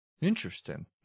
Interesting